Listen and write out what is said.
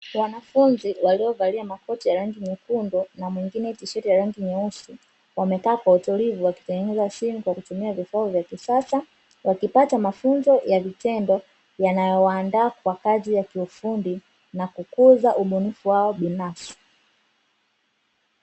Wanafunzi waliovalia makoti ya rangi nyekundu na mwingine tisheti ya rangi nyeusi, wamekaa kwa utulivu wakitengeneza simu kwa kutumia vifaa vya kisasa, wakipata mafunzo ya vitendo yanayowaandaa kwa kazi ya kiufundi na kukuza ubunifu wao binafsi.